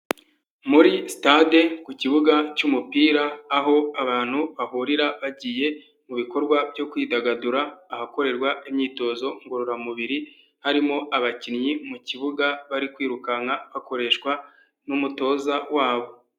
Muri sitade ku kibuga cy'umupira aho abantu bahurira bagiye mu bikorwa byo kwidagadura ahakorerwa imyitozo ngororamubiri harimo abakinnyi mu kibuga bari kwirukanka bakoreshwa n'umutoza wabo.